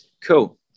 Cool